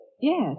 yes